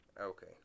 okay